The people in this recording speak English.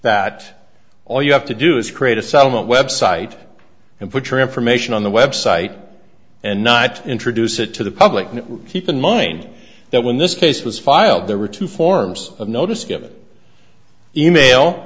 that all you have to do is create a settlement website and put your information on the website and not introduce it to the public and keep in mind that when this case was filed there were two forms of notice given e mail